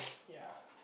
ya